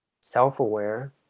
self-aware